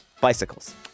bicycles